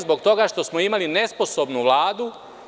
Zbog toga što smo imali nesposobnu Vladu.